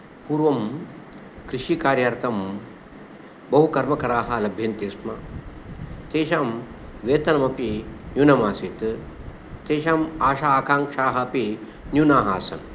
पूर्वं कृषिकार्यार्थं बहुकर्मकराः लभ्यन्ते स्म तेषां वेतनमपि न्यूनमासीत् तेषाम् आशा आकाङ्क्षाः अपि न्यूनाः आसन्